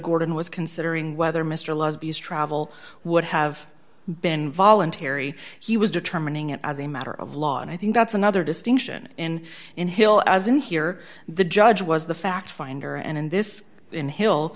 gordon was considering whether mr libby's travel would have been voluntary he was determining as a matter of law and i think that's another distinction in in hill as in here the judge was the fact finder and in this in